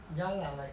ya lah like